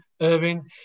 Irving